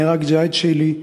נהרג ג'האד שילי,